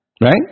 right